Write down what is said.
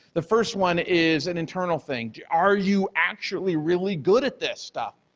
the first one is an internal thing are you actually really good at this stuff?